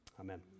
Amen